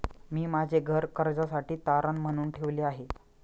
मी माझे घर कर्जासाठी तारण म्हणून ठेवले आहे